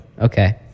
Okay